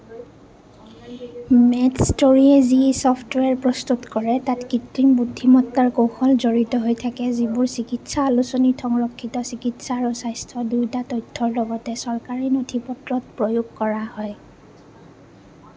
মেডষ্ট'ৰীয়ে যি ছফ্টৱেৰ প্ৰস্তুত কৰে তাত কৃত্ৰিম বুদ্ধিমত্তাৰ কৌশল জড়িত হৈ থাকে যিবোৰ চিকিৎসা আলোচনীত সংৰক্ষিত চিকিৎসা আৰু স্বাস্থ্য দুয়োটা তথ্যৰ লগতে চৰকাৰী নথি পত্ৰত প্ৰয়োগ কৰা হয়